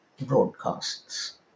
broadcasts